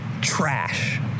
Trash